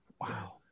Wow